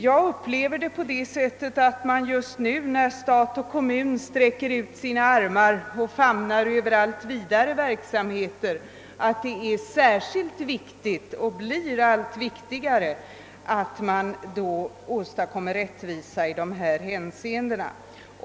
Jag upplever det på det sättet att just nu, när stat och kommun vill famna över allt vidare verksamheter, är det särskilt viktigt och blir allt viktigare att åstadkomma rättvisa i dessa hänseenden.